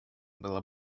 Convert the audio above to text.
было